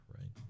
Right